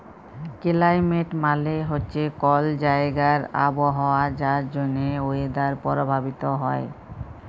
climate মালে হছে কল জাইগার আবহাওয়া যার জ্যনহে ওয়েদার পরভাবিত হ্যয়